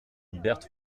berthe